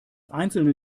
einzelne